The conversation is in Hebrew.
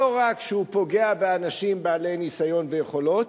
לא רק שהוא פוגע באנשים בעלי ניסיון ויכולות,